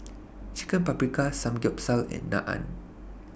Chicken Paprikas Samgeyopsal and Naan